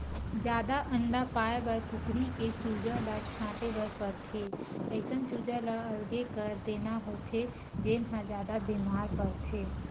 जादा अंडा पाए बर कुकरी के चूजा ल छांटे बर परथे, अइसन चूजा ल अलगे कर देना होथे जेन ह जादा बेमार परथे